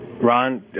Ron